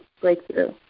breakthrough